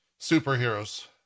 superheroes